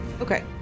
Okay